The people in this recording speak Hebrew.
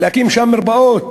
להקים שם מרפאות,